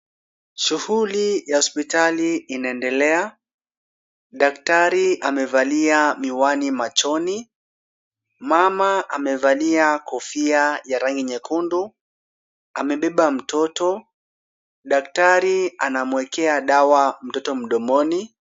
Shughuli ya hospitali inaendelea. Daktari amevalia miwani machoni. Mama amevalia kofia ya rangi nyekundu. Amebeba mtoto. Daktari anamwekea dawa mtoto mdomoni.